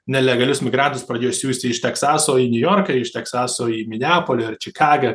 nelegalius migrantus pradėjo siųsti iš teksaso į niujorką iš teksaso į mineapolį ar čikagą